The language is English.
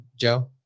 Joe